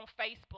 Facebook